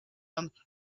and